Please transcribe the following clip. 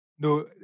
No